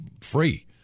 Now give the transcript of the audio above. free